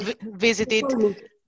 visited